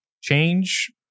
change